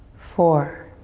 four,